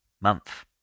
month